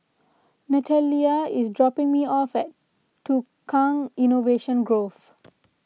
Natalya is dropping me off at Tukang Innovation Grove